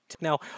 Now